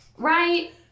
right